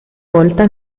volta